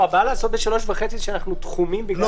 הבעיה לעשות ב-15:30 שאנחנו תחומים בגלל המליאה.